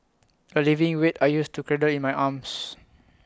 A leaving weight I used to cradle in my arms